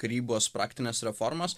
karybos praktines reformas